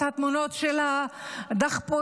את התמונות של הדחפורים,